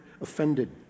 offended